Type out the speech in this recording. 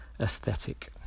aesthetic